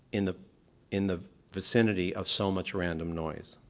in the in the vicinity of so much random noise.